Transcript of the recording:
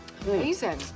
Amazing